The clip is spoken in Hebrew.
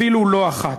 אפילו לא אחת.